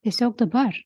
tiesiog dabar